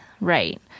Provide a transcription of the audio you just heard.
Right